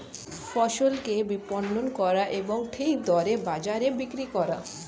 ফসলকে বিপণন করা এবং ঠিক দরে বাজারে বিক্রি করা